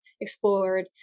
explored